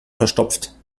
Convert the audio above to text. verstopft